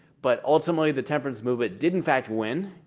but ultimately the temperance movement did in fact win.